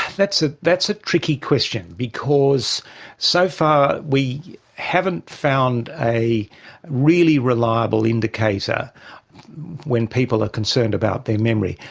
that's ah that's a tricky question because so far we haven't found a really reliable indicator when people are concerned about their memory.